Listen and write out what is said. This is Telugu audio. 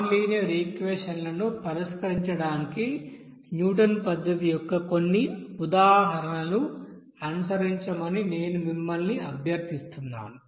నాన్ లీనియర్ ఈక్వెషన్లను పరిష్కరించడానికి న్యూటన్ పద్ధతి యొక్క కొన్ని ఉదాహరణలను అనుసరించమని నేను మిమ్మల్ని అభ్యర్థిస్తున్నాను